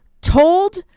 told